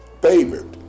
favored